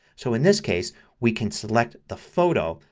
so in this case we can select the photo.